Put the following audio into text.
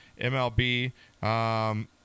MLB